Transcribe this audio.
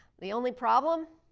the only problem,